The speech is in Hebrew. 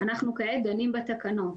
אנחנו כעת דנים בתקנות.